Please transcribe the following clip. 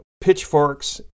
pitchforks